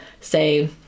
say